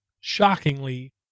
shockingly